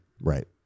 right